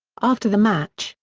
after the match,